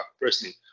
personally